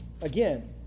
again